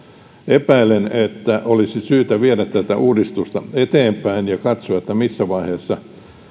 epäilen että olisi syytä viedä tätä uudistusta eteenpäin ja katsoa missä vaiheessa